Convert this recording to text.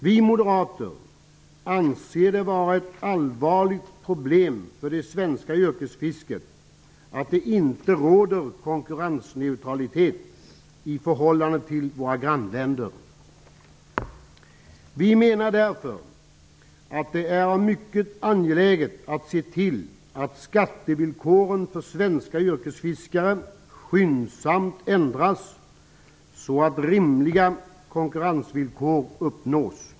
Vi moderater anser det vara ett allvarligt problem för det svenska yrkesfisket att det inte råder konkurrensneutralitet i förhållande till våra grannländer. Vi menar därför att det är mycket angeläget att vi ser till att skattevillkoren för svenska yrkesfiskare skyndsamt ändras så att rimliga konkurrensvillkor uppnås.